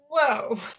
whoa